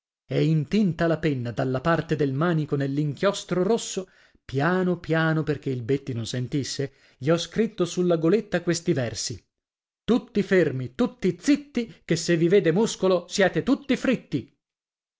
e intinta la penna dalla parte del manico nell'inchiostro rosso piano piano perché il betti non sentisse gli ho scritto sulla goletta questi versi tutti fermi tutti zitti che se vi vede muscolo siete tutti fritti